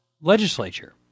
Legislature